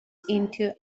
into